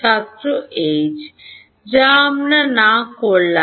ছাত্র H যা আমরা না করলাম